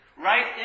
Right